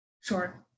Sure